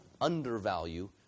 undervalue